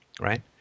Right